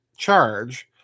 charge